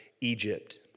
Egypt